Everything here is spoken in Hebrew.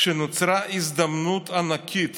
כשנוצרה הזדמנות ענקית